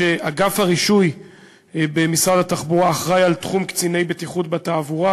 שאגף הרישוי במשרד התחבורה אחראי לתחום קציני בטיחות בתעבורה,